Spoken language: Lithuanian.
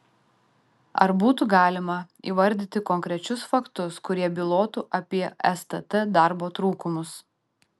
ar būtų galima įvardyti konkrečius faktus kurie bylotų apie stt darbo trūkumus